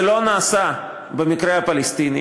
זה לא נעשה במקרה הפלסטיני.